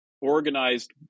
organized